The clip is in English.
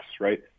right